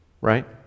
right